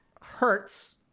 hurts